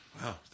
wow